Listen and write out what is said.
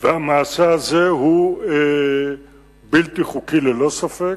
והמעשה הזה הוא בלתי חוקי ללא ספק,